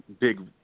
big